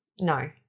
No